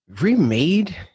remade